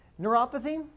Neuropathy